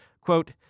Quote